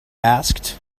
asked